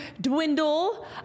dwindle